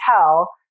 tell